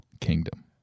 Kingdom